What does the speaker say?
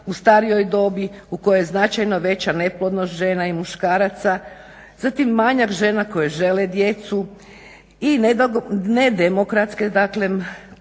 u starijoj dobi u kojoj značajno veća neplodnost žena i muškaraca, zatim manjak žena koje žele djecu i nedemokratske dakle